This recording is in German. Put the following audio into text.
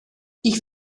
ich